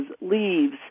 leaves